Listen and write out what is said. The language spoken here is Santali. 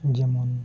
ᱡᱮᱢᱚᱱ